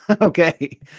okay